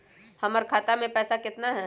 हमर खाता मे पैसा केतना है?